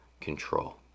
control